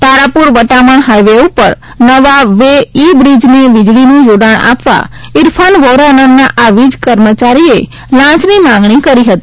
Tarapur Vataman highway ઉપર નવા વેઇબ્રીજને વીજળીનું જોડાણ આપવા ઇરફાન વોરા નામના આ વીજ કર્મચારીએ લાંચની માંગણી કરી હતી